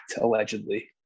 allegedly